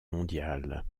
mondiale